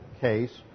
case